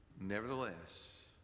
nevertheless